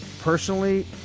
personally